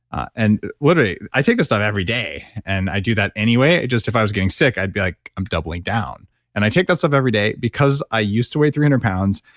and literally, i take this stuff every day and i do that anyway. just, if i was getting sick, i'd be like, i'm doubling down and i take that stuff every day because i used to weight three hundred pounds,